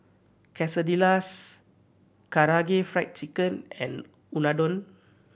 Quesadillas Karaage Fried Chicken and Unadon